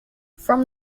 from